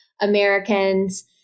Americans